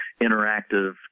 interactive